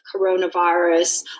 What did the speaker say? coronavirus